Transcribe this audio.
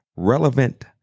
relevant